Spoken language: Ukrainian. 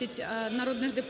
Наступна